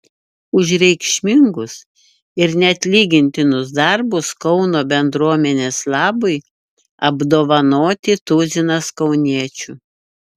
už reikšmingus ir neatlygintinus darbus kauno bendruomenės labui apdovanoti tuzinas kauniečių